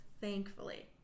thankfully